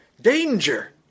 Danger